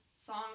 song